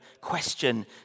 question